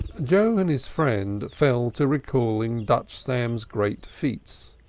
joe and his friend fell to recalling dutch sam's great feats.